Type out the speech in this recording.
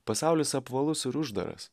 pasaulis apvalus ir uždaras